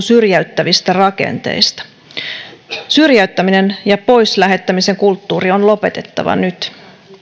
syrjäyttävistä rakenteista syrjäyttäminen ja pois lähettämisen kulttuuri on lopetettava nyt